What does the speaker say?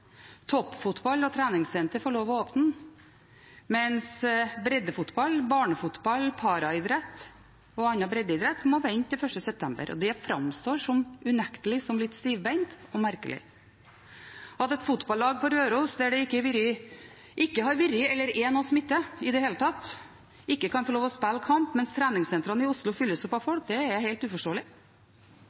Toppfotball og treningssentre får lov til å åpne, mens breddefotball, barnefotball, paraidrett og annen bredde idrett må vente til 1. september. Og det framstår unektelig som litt stivbent og merkelig. At et fotballag på Røros, der det ikke har vært eller er noen smitte i det hele tatt, ikke kan få lov til å spille kamp, mens treningssentrene i Oslo fylles opp av folk, er helt uforståelig.